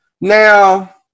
Now